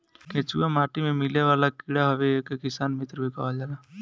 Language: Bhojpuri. केचुआ माटी में मिलेवाला कीड़ा हवे एके किसान मित्र भी कहल जाला